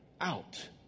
out